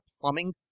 plumbing